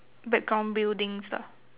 background buildings lah